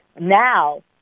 now